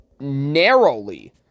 narrowly